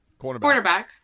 cornerback